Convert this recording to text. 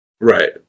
Right